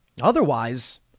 Otherwise